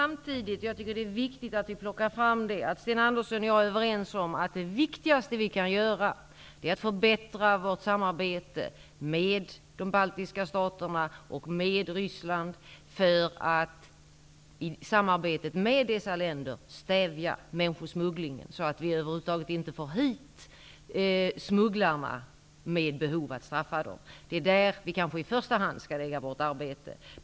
Fru talman! Det är väsentligt att framhålla att Sten Andersson i Malmö och jag är överens om att det viktigaste vi kan göra är att förbättra samarbetet med de baltiska staterna och med Ryssland för att just i samarbetet med dessa länder stävja människosmugglingen. Det gäller att se till att vi över huvud taget inte får hit smugglarna, så att behovet av att straffa dem inte uppstår. Det är kanske i det avseendet som vi i första hand skall lägga ner arbete.